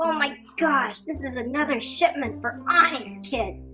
my gosh! this is another shipment for onyx kids.